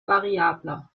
variabler